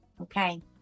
okay